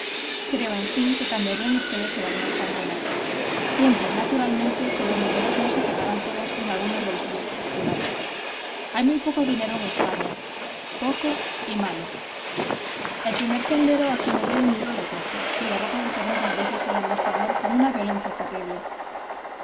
creo en fin que cambiarían ustedes el alma española siempre naturalmente que los millones no se quedaran todos en algunos bolsillos particulares hay muy poco dinero en españa poco y malo el primer tendero a quien le doy un duro lo coge y lo arroja diferentes veces sobre el mostrador con una violencia terrible